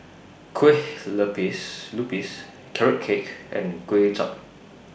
Kueh Lupis Carrot Cake and Kuay Chap